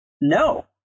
No